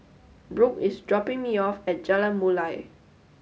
Brooke is dropping me off at Jalan Mulia